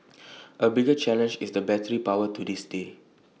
A bigger challenge is the battery power to this day